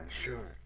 sure